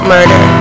Murder